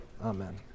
Amen